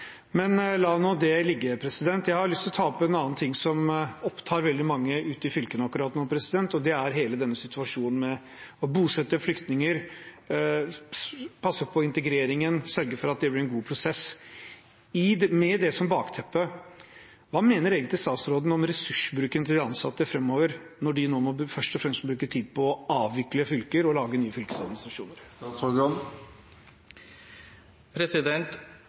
Men la nå det ligge. Jeg har lyst til å ta opp en annen ting som opptar veldig mange ute i fylkene akkurat nå, og det er hele situasjonen med å bosette flyktninger, passe på integreringen og sørge for at det blir en god prosess. Med det som bakteppe: Hva mener egentlig statsråden om ressursbruken til de ansatte framover når de nå først og fremst må bruke tid på å avvikle fylker og lage nye fylkesorganisasjoner?